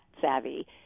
savvy